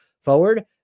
forward